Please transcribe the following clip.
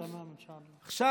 עכשיו,